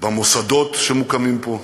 במוסדות שמוקמים פה,